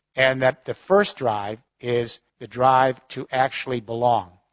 and that the first drive is the drive to actually belong.